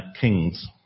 kings